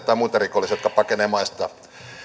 tai muiksi rikollisiksi jotka pakenevat maistaan